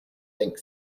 think